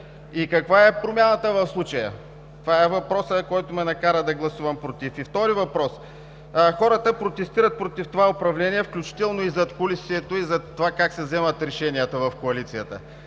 И каква е промяната в случая? Това е въпросът, който ме накара да гласувам „против“. И втори въпрос – хората протестират против това управление, включително и задкулисието, и затова как се вземат решенията в коалицията,